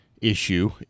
issue